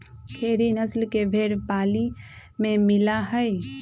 खेरी नस्ल के भेंड़ पाली में मिला हई